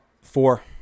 Four